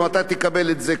אם אתה תקבל את זה,